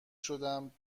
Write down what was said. شدم